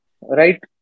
right